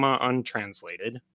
untranslated